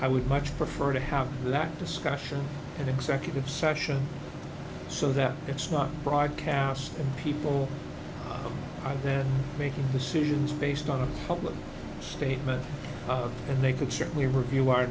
i would much prefer to have that discussion and executive session so that it's not broadcast and people they're making decisions based on a public statement and they could certainly review our